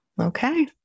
Okay